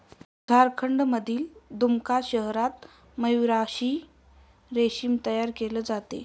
झारखंडमधील दुमका शहरात मयूराक्षी रेशीम तयार केले जाते